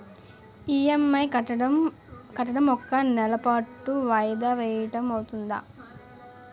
EMI కట్టడం ఒక నెల పాటు వాయిదా వేయటం అవ్తుందా?